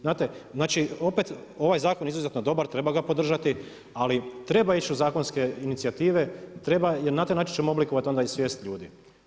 Znate, znači opet ovaj je zakon izuzetno dobar, treba ga podržati ali treba ići u zakonske inicijative, treba, jer na taj način ćemo oblikovati onda i svijest ljudi.